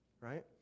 right